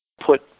put